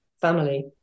family